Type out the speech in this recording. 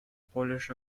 polish